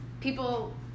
people